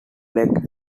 legs